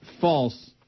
false